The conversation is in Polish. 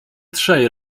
trzej